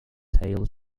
tailed